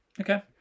Okay